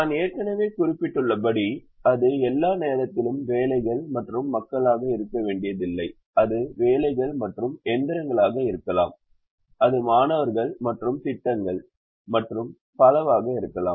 நான் ஏற்கனவே குறிப்பிட்டுள்ளபடி அது எல்லா நேரத்திலும் வேலைகள் மற்றும் மக்களாக இருக்க வேண்டியதில்லை அது வேலைகள் மற்றும் இயந்திரங்களாக இருக்கலாம் அது மாணவர்கள் மற்றும் திட்டங்கள் மற்றும் பலவாக இருக்கலாம்